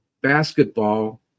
basketball